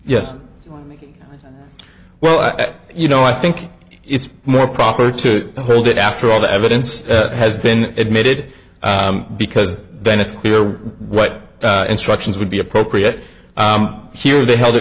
yes well you know i think it's more proper to hold it after all the evidence has been admitted because then it's clear what instructions would be appropriate here they held it